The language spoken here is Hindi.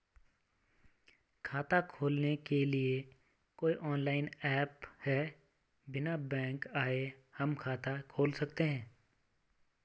खाता खोलने के लिए कोई ऑनलाइन ऐप है बिना बैंक जाये हम खाता खोल सकते हैं?